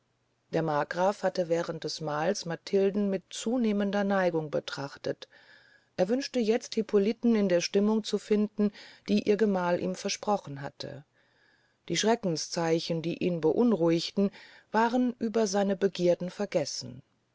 der markgraf hatte während des mahls matilden mit zunehmender neigung betrachtet er wünschte jetzt hippoliten in der stimmung zu finden die ihr gemahl ihm versprochen hatte die schreckenszeichen die ihn beunruhigten waren über seine begierden vergessen